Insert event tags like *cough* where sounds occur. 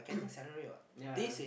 *coughs* yeah